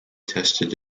tested